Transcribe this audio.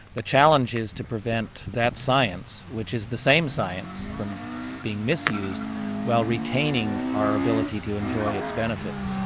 the challenge is to prevent that science, which is the same science, from being misused while retaining our ability to enjoy its benefits.